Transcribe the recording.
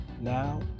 now